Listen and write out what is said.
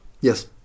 Yes